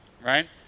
right